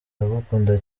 ndagukunda